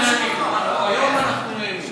היום אנחנו נהנים.